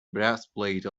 breastplate